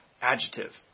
adjective